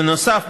בנוסף,